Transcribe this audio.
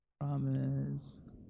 Promise